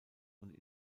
und